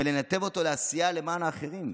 ולנתב אותו לעשייה למען האחרים.